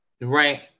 Right